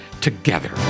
together